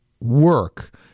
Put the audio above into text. work